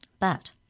But